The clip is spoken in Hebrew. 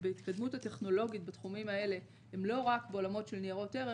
בהתקדמות הטכנולוגית בתחומים האלה הם לא רק בעולמות של ניירות ערך,